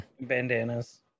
Bandanas